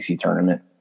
tournament